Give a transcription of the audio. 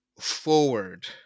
forward